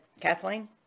Kathleen